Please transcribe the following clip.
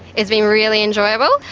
it's been really enjoyable.